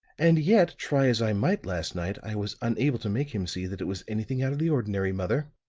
and yet, try as i might last night, i was unable to make him see that it was anything out of the ordinary, mother.